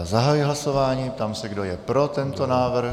Zahajuji hlasování a ptám se, kdo je pro tento návrh.